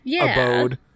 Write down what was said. abode